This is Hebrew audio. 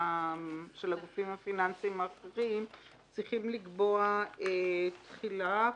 של הגופים הפיננסיים האחרים צריכים צריכים לקבוע תחילה ותחולה.